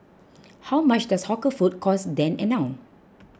how much does hawker food cost then and now